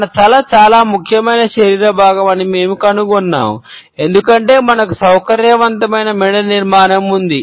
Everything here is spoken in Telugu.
మన తల చాలా ముఖ్యమైన శరీర భాగం అని మేము కనుగొన్నాము ఎందుకంటే మనకు సౌకర్యవంతమైన మెడ నిర్మాణం ఉంది